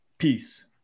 Peace